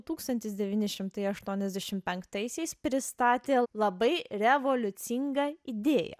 tūkstantis devyni šimtai aštuoniasdešim penktaisiais pristatė labai revoliucingą idėją